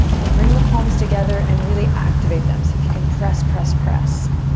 then bring the palms together and really activate them. see if you can press, press, press.